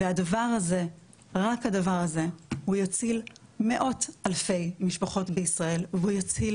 רק הדבר הזה הוא יציל מאות אלפי משפחות בישראל והוא יציל